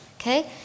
okay